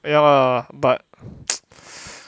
ya lah but